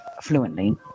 fluently